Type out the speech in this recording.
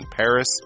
Paris